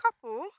couple